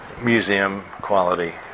museum-quality